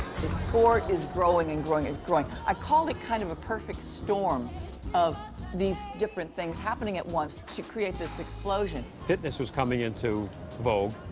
the sport is growing and growing and growing. i call it kind of a perfect storm of these different things happening at once to create this explosion. fitness was coming into vogue.